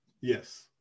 Yes